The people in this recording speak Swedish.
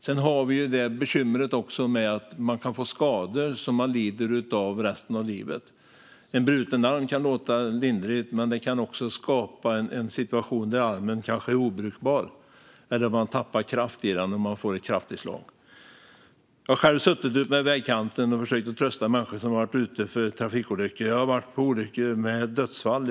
Vi har även bekymret att man kan få skador som man lider av resten av livet. En bruten arm kan låta lindrigt, men det kan göra armen obrukbar, och ett kraftigt slag kan göra att man tappar kraft i armen. Jag har själv suttit vid vägkanten och försökt att trösta människor som har varit med om trafikolyckor. Jag har varit på olyckor med dödsfall.